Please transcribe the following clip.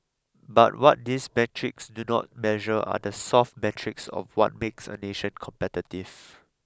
but what these metrics do not measure are the soft metrics of what makes a nation competitive